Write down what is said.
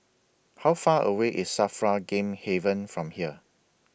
How Far away IS SAFRA Game Haven from here